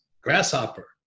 grasshopper